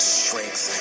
strength